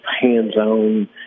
hands-on